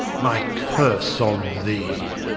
my curse on thee!